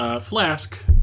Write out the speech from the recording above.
flask